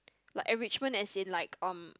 like enrichment as in like um